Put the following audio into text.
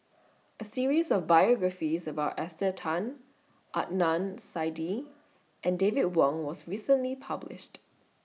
A series of biographies about Esther Tan Adnan Saidi and David Wong was recently published